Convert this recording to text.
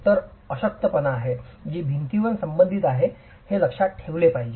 तर ही अशक्तपणा आहे जी भिंतीपर्यंत संबंधित आहे हे लक्षात ठेवले पाहिजे